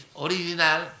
original